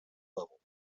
level